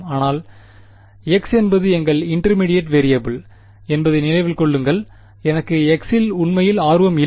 ஆனால் x என்பது எங்கள் இன்டர்மேடியேட் வெறியபிள் என்பதை நினைவில் கொள்ளுங்கள் எனக்கு x இல் உண்மையில் ஆர்வம் இல்லை